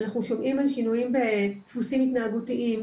אנחנו שומעים על שינויים בדפוסים התנהגותיים,